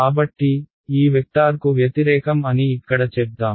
కాబట్టి ఈ వెక్టార్కు వ్యతిరేకం అని ఇక్కడ చెప్దాం